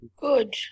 Good